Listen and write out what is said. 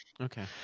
Okay